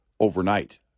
Overnight